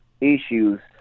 issues